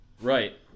right